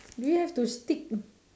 do we have to stick